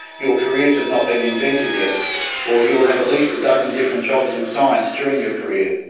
your careers have not been invented yet or, you will have at least a dozen different jobs in science during your career.